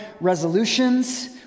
resolutions